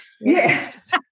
Yes